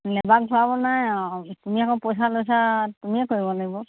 লেবাৰক ঘূৰাব নাই আৰু তুমি আকৌ পইচা লৈছা তুমিয়ে কৰিব লাগিব